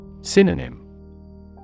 Synonym